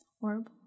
horrible